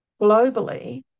globally